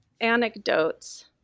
anecdotes